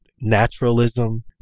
naturalism